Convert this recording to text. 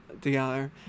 together